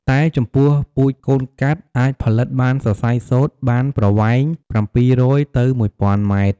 តែចំពោះពូជកូនកាត់ អាចផលិតបានសរសៃសូត្របានប្រវែង៧០០ ទៅ១ ០០០ម៉ែត្រ។